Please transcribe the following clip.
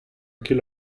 ket